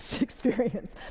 experience